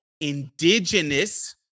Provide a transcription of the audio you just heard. indigenous